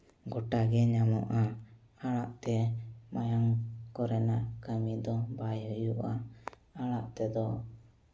ᱜᱳᱴᱟ ᱜᱮ ᱧᱟᱢᱚᱜᱼᱟ ᱟᱲᱟᱜᱛᱮ ᱢᱟᱭᱟᱢ ᱠᱚᱨᱮᱱᱟᱜ ᱠᱟᱹᱢᱤ ᱫᱚ ᱵᱟᱭ ᱦᱩᱭᱩᱜᱼᱟ ᱟᱲᱟᱜ ᱛᱮᱫᱚ